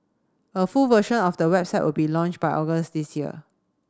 a full version of the website will be launched by August this year